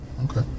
okay